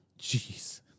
Jeez